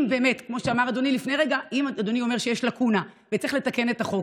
אם באמת כמו שאמר אדוני לפני רגע יש לקונה וצריך לתקן את החוק,